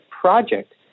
project